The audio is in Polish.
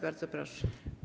Bardzo proszę.